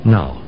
Now